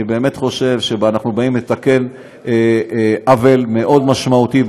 אני באמת חושב שאנחנו באים לתקן עוול מאוד משמעותי,